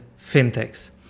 fintechs